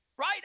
right